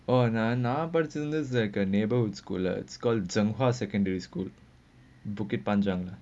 oh நா நா படிச்சது:naa naa paditchathu like a neighbourhood school lah it's called zhenghua secondary school bukit panjang